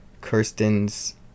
Kirsten's